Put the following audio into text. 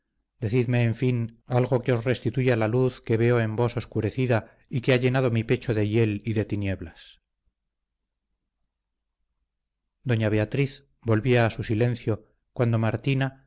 decidme en fin algo que os restituya la luz que veo en vos oscurecida y que ha llenado mi pecho de hiel y de tinieblas doña beatriz volvía a su silencio cuando martina